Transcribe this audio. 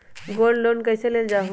Gold loan कईसे लेल जाहु?